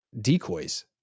decoys